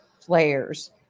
players